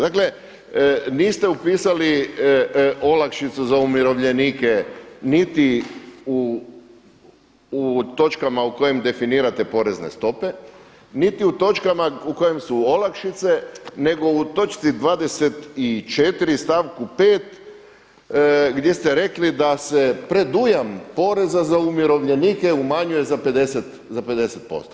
Dakle niste upisali olakšicu za umirovljenike niti u točkama u kojim definirate porezne stope, niti u točkama u kojem su olakšice nego u točki 24. stavku 5. gdje ste rekli da se predujam poreza za umirovljenike umanjuje za 50%